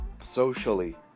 Socially